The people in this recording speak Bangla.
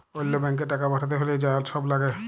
অল্য ব্যাংকে টাকা পাঠ্যাতে হ্যলে যা ছব ল্যাগে